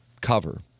cover